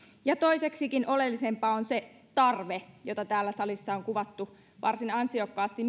ja toiseksikin oleellisempaa on se tarve jota täällä salissa myöskin on kuvattu varsin ansiokkaasti